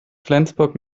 flensburg